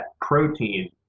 protein